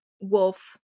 wolf